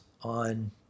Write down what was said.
on